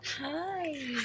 Hi